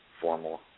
formal